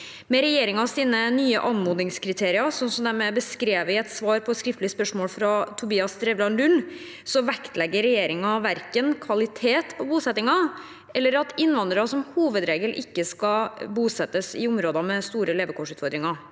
Med regjeringens nye anmodningskriterier, slik de er nærmere beskrevet i et svar på skriftlig spørsmål fra Tobias Drevland Lund, vektlegger regjeringen verken kvalitet i bosettingen eller at innvandrere som hovedregel ikke skal bosettes i områder med store levekårsutfordringer.